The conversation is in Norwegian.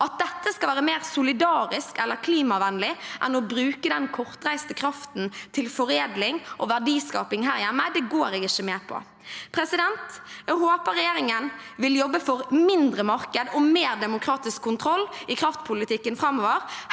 At dette skal være mer solidarisk eller klimavennlig enn å bruke den kortreiste kraften til foredling og verdiskaping her hjemme, går jeg ikke med på. Jeg håper regjeringen vil jobbe for mindre marked og mer demokratisk kontroll i kraftpolitikken framover